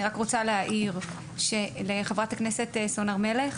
אני רק רוצה להעיר לחברת הכנסת סון הר מלך